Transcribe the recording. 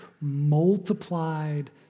multiplied